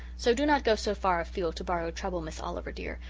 so do not go so far afield to borrow trouble, miss oliver dear,